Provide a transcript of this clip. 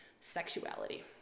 sexuality